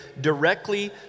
directly